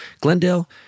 Glendale